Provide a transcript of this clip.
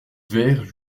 verts